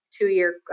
two-year